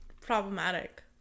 problematic